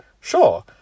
Sure